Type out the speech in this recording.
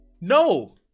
no